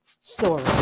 story